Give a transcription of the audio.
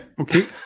Okay